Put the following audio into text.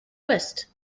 west